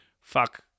fuck